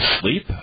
sleep